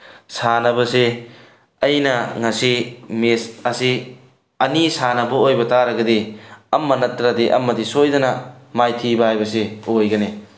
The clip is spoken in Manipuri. ꯁꯥꯟꯅꯕꯁꯦ ꯑꯩꯅ ꯉꯁꯤ ꯃꯦꯠꯆ ꯑꯁꯤ ꯑꯅꯤ ꯁꯥꯟꯅꯕ ꯑꯣꯏꯕ ꯇꯥꯔꯒꯗꯤ ꯑꯃ ꯅꯠꯇꯔꯒ ꯑꯃꯗꯤ ꯁꯣꯏꯗꯅ ꯃꯥꯏꯊꯤꯕ ꯍꯥꯏꯕꯁꯤ ꯑꯣꯏꯒꯅꯤ